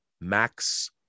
Max